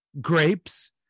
grapes